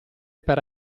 per